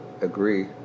agree